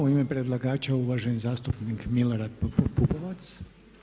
U ime predlagača uvaženi zastupnik Milorad Pupovac.